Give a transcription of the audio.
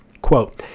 quote